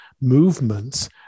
movements